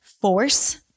force